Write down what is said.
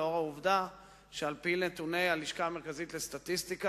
לאור העובדה שעל-פי נתוני הלשכה המרכזית לסטטיסטיקה